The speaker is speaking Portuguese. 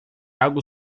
algo